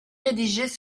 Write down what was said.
rédigées